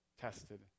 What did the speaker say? tested